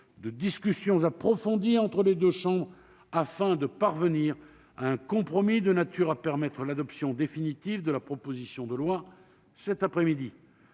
-de discussions approfondies entre les deux assemblées, afin de parvenir à un compromis de nature à permettre l'adoption définitive de la proposition de loi cet après-midi.